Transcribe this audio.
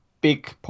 big